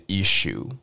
issue 。